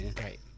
Right